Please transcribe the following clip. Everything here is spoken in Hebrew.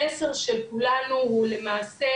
המסר של כולנו הוא למעשה,